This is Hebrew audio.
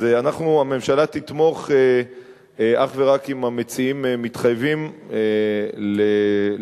אז הממשלה תתמוך אך ורק אם המציעים מתחייבים לתאם